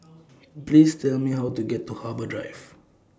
Please Tell Me How to get to Harbour Drive